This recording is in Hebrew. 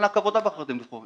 למה ממענק עבודה בחרתם להוריד?